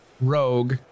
rogue